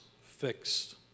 fixed